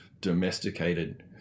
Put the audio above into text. domesticated